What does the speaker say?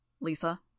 Lisa